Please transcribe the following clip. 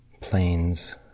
planes